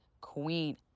queen